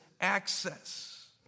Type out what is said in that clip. access